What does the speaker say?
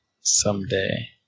someday